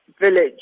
village